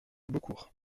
beaucourt